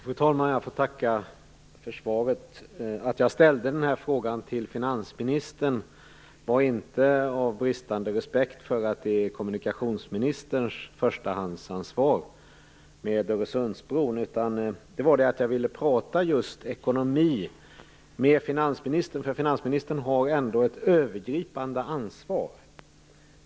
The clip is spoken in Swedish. Fru talman! Jag får tacka för svaret. Att jag framställde den här interpellationen till finansministern var inte av bristande respekt för kommunikationsministerns förstahandsansvar när det gäller Öresundsbron, utan det var för att jag ville prata ekonomi just med finansministern. Finansministern har ju ändå ett övergripande ansvar.